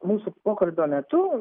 mūsų pokalbio metu